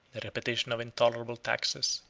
the repetition of intolerable taxes,